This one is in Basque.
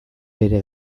bere